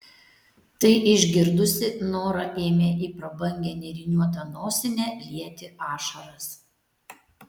tai išgirdusi nora ėmė į prabangią nėriniuotą nosinę lieti ašaras